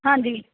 ਹਾਂਜੀ